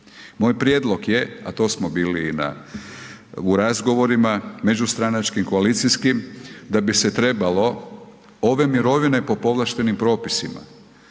Moj prijedlog je, a to smo u razgovorima međustranačkim koalicijskim da bi se trebalo ove mirovine po povlaštenim propisima